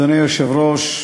אדוני היושב-ראש,